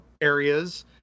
areas